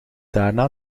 daarna